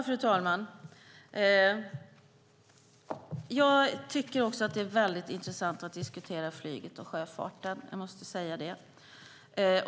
Fru talman! Jag tycker att det är väldigt intressant att diskutera flyget och sjöfarten. Jag måste säga det.